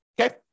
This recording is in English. okay